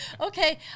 okay